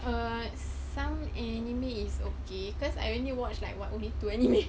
err some anime is okay cause I really watch like what only two anime